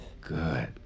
Good